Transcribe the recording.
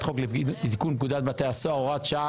חוק לתיקון פקודת בתי הסוהר (הוראות שעה),